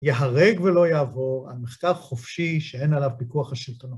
יהרג ולא יעבור על מחקר חופשי שאין עליו פיקוח השלטונות.